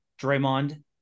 Draymond